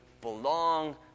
belong